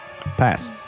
Pass